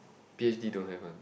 p_h_d don't have one